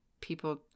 people